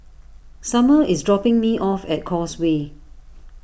Sommer is dropping me off at Causeway